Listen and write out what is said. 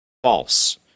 False